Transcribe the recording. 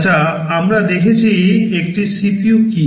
আচ্ছা আমরা দেখেছি একটি CPU কি